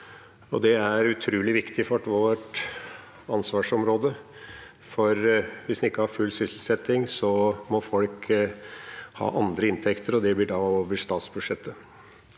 Det er utrolig viktig for vårt ansvarsområde, for hvis en ikke har full sysselsetting, må folk ha andre inntekter, og det blir da over statsbudsjettet.